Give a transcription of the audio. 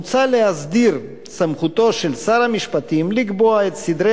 מוצע להסדיר את סמכותו של שר המשפטים לקבוע את סדרי